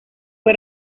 fue